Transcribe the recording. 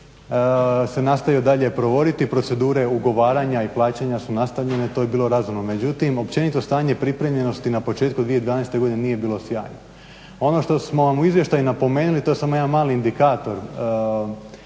se nastavio dalje provoditi, procedure ugovaranja i plaćanja su nastavljene. To je bilo razumno. Međutim, općenito stanje pripremljenosti na početku 2012. godine nije bilo sjajno. Ono što smo vam u izvještaju napomenuli to je samo jedan mali indikator